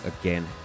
again